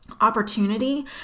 opportunity